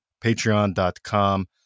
patreon.com